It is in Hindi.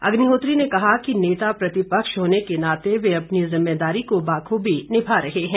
अग्निहोत्री ने कहा कि नेता प्रतिपक्ष होने के नाते वे अपनी जिम्मेदारी को बाखूबी निभा रहे हैं